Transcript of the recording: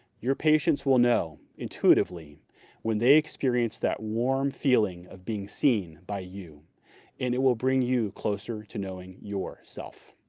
your patients will know intuitively when they experience that warm feeling of being seen by you and it will bring you closer to knowing yourself.